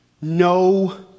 no